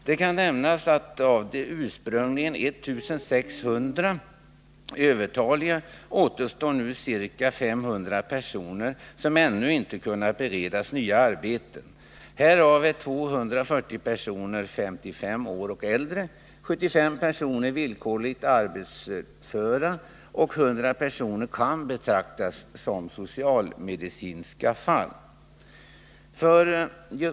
Det kan nämnas att fd av de ursprungligen 1 600 övertaliga återstår nu ca 500 personer, som ännu inte har kunnat beredas nya arbeten. Härav är 240 personer 55 år och äldre, 75 personer villkorligt arbetsföra och 100 personer kan betraktas som socialmedicinska fall.